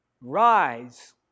Rise